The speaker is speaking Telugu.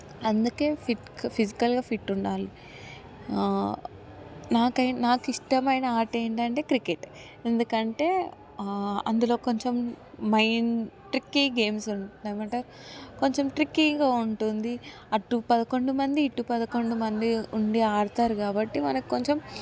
అందుకే ఫిట్ ఫిజికల్గా ఫిట్ ఉండాలి నాకు నాకు ఇష్టమైన ఆట ఏంటంటే క్రికెట్ ఎందుకంటే అందులో కొంచెం మైండ్ ట్రిక్కీ గేమ్స్ ఏమంటారు కొంచెం ట్రిక్కీగా ఉంటుంది అటు పదకొండు మంది ఇటు పదకొండు మంది ఉండి ఆడతారు కాబట్టి మనకు కొంచెం